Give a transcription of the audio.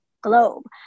globe